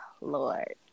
Lord